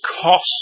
cost